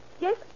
Yes